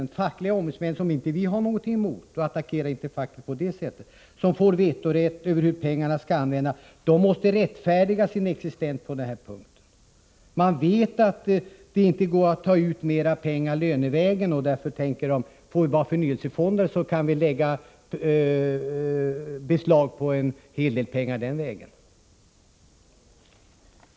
Fackliga ombudsmän — som vi inte har någonting emot och som vi inte attackerar — får vetorätt över hur pengarna skall användas. Dessa måste rättfärdiga sin existens på något sätt. Man vet att det inte går att ta ut mer pengar lönevägen, och därför tänker man: Får vi bara förnyelsefonder, så kan vi lägga beslag på en hel del pengar den vägen.